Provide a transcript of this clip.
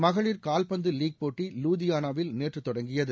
மகளிர் கால்பந்து லீக் போட்டி லூதியானாவில் நேற்று தொடங்கியது